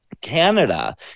Canada